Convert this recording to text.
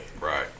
Right